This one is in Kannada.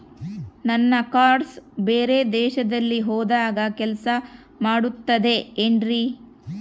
ನನ್ನ ಕಾರ್ಡ್ಸ್ ಬೇರೆ ದೇಶದಲ್ಲಿ ಹೋದಾಗ ಕೆಲಸ ಮಾಡುತ್ತದೆ ಏನ್ರಿ?